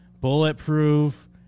Bulletproof